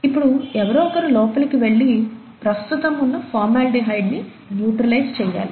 ఇప్పుడు ఎవరొకరు లోపలికి వెళ్లి ప్రస్తుతం ఉన్న ఫార్మాల్డిహైడ్ ని న్యూట్రలైజ్ చేయాలి